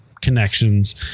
connections